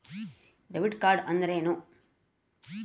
Debit card ಅಂದ್ರೇನು?